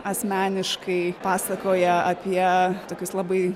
asmeniškai pasakoja apie tokius labai